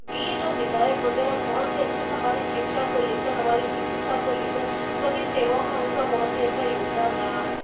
भी जो विधायक वगैरह बहुत ही अच्छे से हमारी शिक्षा को ले कर हमारी चिकित्सा को ले कर सभी सेवाओं में उनका बहुत ही अच्छा योगदान रहा है